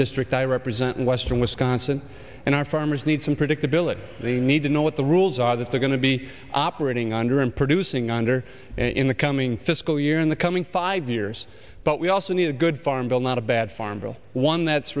district i represent in western wisconsin and our farmers need some predictability they need to know what the rules are that they're going to be operating under and producing under in the coming fiscal year in the coming five years but we also need a good farm bill not a bad farm bill one that's